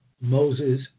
Moses